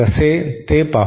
कसे ते पाहू